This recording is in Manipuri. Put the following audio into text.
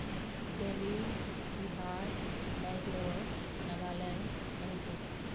ꯗꯦꯜꯂꯤ ꯕꯤꯍꯥꯔ ꯕꯦꯡꯒ꯭ꯂꯣꯔ ꯅꯒꯥꯂꯦꯟ ꯃꯅꯤꯄꯨꯔ